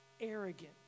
arrogant